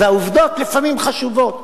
והעובדות לפעמים חשובות.